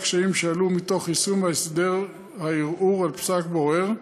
לקשיים שעלו מתוך יישום הסדר הערעור על פסק בורר,